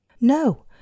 No